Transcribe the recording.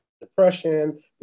Depression